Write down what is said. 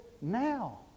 now